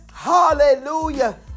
Hallelujah